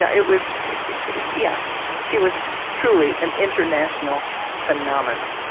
yeah it was yeah she was truly an international phenomenon